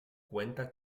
cuenta